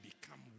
become